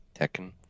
Tekken